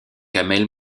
kamel